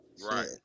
right